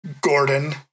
gordon